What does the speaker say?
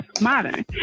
modern